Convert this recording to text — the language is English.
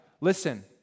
Listen